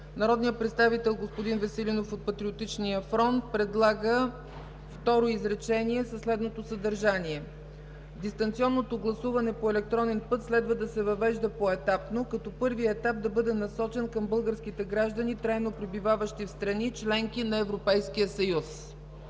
Народният представител господин Веселинов от Патриотичния фронт предлага второ изречение със следното съдържание: „Дистанционното гласуване по електронен път следва да се въвежда поетапно, като първият етап да бъде насочен към българските граждани, трайно пребиваващи в страни – членки на Европейския съюз”.